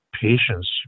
patients